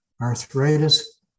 arthritis